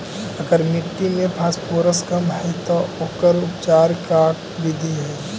अगर मट्टी में फास्फोरस कम है त ओकर उपचार के का बिधि है?